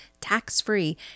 tax-free